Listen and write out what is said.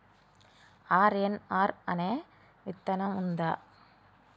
RNR అనే విత్తనం ఉందా?